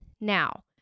Now